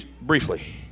briefly